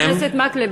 חבר הכנסת מקלב,